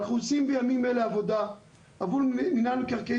אנחנו עושים בימים אלה עבודה עבור מינהל מקרקעי